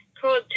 called